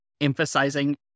emphasizing